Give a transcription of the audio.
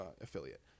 affiliate